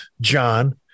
John